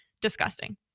disgusting